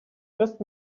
just